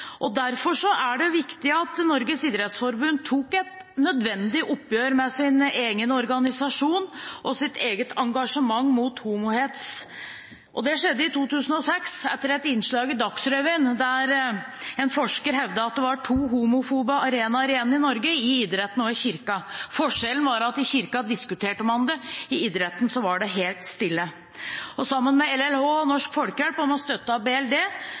viktig at Norges idrettsforbund tok et nødvendig oppgjør med sin egen organisasjon og sitt eget engasjement mot homohets. Det skjedde i 2006 etter et innslag i Dagsrevyen, der en forsker hevdet at det var to homofobe arenaer igjen i Norge: i idretten og i Kirken. Forskjellen var at i Kirken diskuterte man det, i idretten var det helt stille. Sammen med LLH og Norsk Folkehjelp og med støtte